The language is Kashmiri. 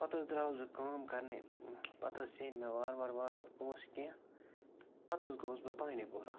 پَتہٕ حظ درٛاوُس بہٕ کٲم کَرنہِ پَتہٕ حظ زیٖنۍ مےٚ وارٕ وارٕ وارٕ وارٕ پونٛسہٕ کیٚنٛہہ تہٕ پَتہٕ حظ گوٚوُس بہٕ بانٛڈی پورہ